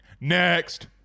Next